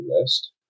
list